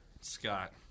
Scott